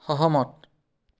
সহমত